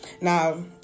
Now